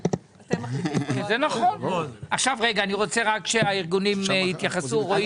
אני רוצה שהארגונים יתייחסו.